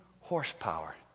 horsepower